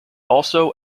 also